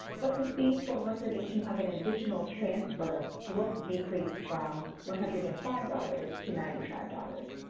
but the fee for recordation of an additional transfer will decrease from one hundred and five dollars to ninety five dollars.